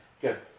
Good